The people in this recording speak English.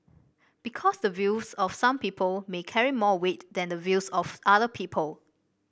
because the views of some people may carry more weight than the views of other people